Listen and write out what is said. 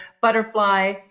butterfly